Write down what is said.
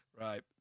Right